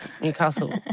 Newcastle